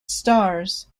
stars